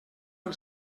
del